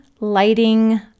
lighting